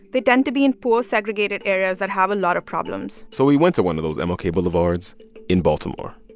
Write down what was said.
they tend to be in poor segregated areas that have a lot of problems so we went to one of those and mlk boulevards in baltimore